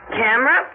camera